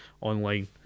online